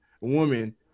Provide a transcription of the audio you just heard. woman